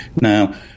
now